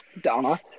Donna